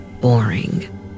Boring